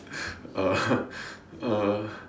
uh uh